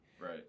Right